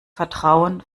vertrauen